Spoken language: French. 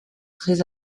très